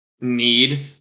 need